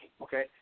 okay